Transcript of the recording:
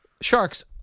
sharks